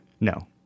No